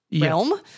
realm